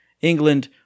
England